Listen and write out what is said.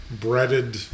breaded